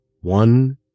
one